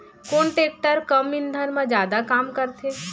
कोन टेकटर कम ईंधन मा जादा काम करथे?